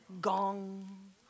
Gong